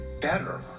better